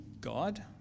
God